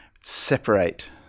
separate